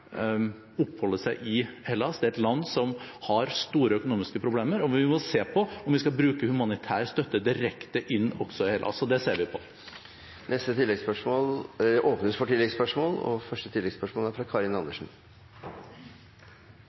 seg i Hellas. Det er et land som har store økonomiske problemer, og vi må se på om vi skal bruke humanitær støtte direkte inn også i Hellas. Det ser vi på. Det åpnes for